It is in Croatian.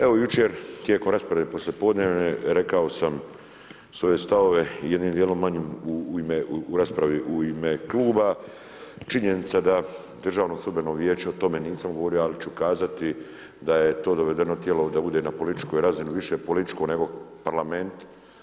Evo, jučer tijekom rasprave poslijepodnevne rekao sam svoje stavove i jednim dijelom manjim u raspravi u ime kluba, činjenica da Državno sudbeno vijeće o tome nisam govorio, ali ću kazati da je to dovedeno tijelo da bude na političkoj razini, više političko nego parlament.